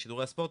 שידורי הספורט,